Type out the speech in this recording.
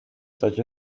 such